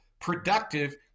productive